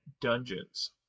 dungeons